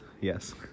Yes